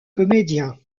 comédien